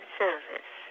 service